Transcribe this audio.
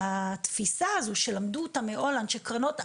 התפיסה הזו, שלמדו אותה מהולנד, של קרנות ענק,